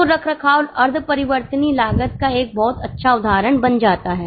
तो रखरखाव अर्ध परिवर्तनीय लागत का एक बहुत अच्छा उदाहरण बन जाता है